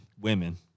Women